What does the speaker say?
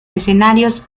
escenarios